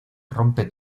rompe